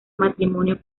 matrimonio